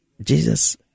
Jesus